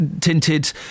tinted